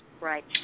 Right